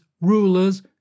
rulers